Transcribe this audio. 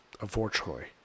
unfortunately